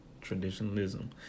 Traditionalism